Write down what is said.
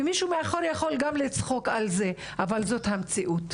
ומישהו מאחור יכול גם לצחוק על זה אבל זאת המציאות.